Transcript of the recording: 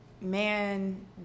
man